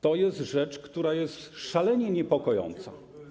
To jest rzecz, która jest szalenie niepokojąca.